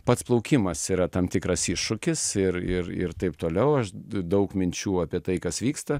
pats plaukimas yra tam tikras iššūkis ir ir ir taip toliau aš daug minčių apie tai kas vyksta